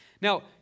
Now